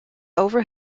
over